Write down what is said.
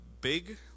big